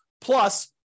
plus